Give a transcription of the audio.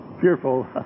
fearful